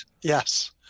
Yes